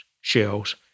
shells